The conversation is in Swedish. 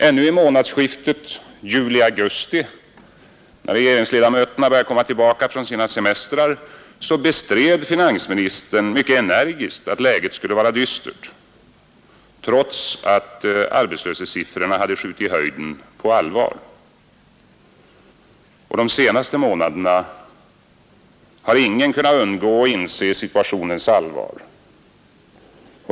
Ännu vid månadsskiftet juli-augusti, när regeringsledamöterna började komma tillbaka från sina semestrar, bestred finansministern mycket energiskt att läget skulle vara dystert — trots att arbetslöshetssiffrorna hade skjutit i höjden på allvar. De senaste månaderna har ingen kunnat undgå att inse situationens allvar.